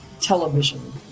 television